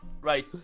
Right